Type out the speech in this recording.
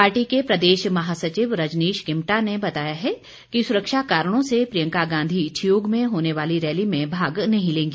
party के प्रदेश महासचिव रजनीश किम्टा ने बताया है कि सुरक्षा कारणों से प्रियंका गांधी ठियोग में होने वाली रैली में भाग नहीं लेंगी